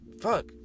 fuck